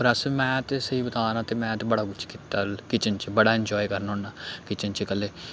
होर अस में ते स्हेई बता ना ते में ते बड़ा कुछ कीता किचन च बड़ा इंजाय करना होन्ना किचन च कल्लै